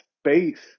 space